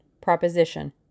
proposition